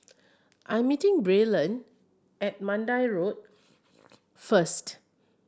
I'm meeting Braylon at Mandai Road first